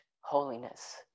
holiness